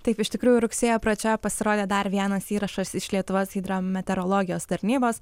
taip iš tikrųjų rugsėjo pradžioje pasirodė dar vienas įrašas iš lietuvos hidrometeorologijos tarnybos